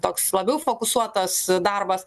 toks labiau fokusuotas darbas